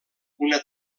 una